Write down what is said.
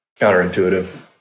counterintuitive